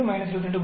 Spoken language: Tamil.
15 22